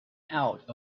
out